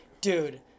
Dude